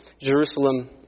Jerusalem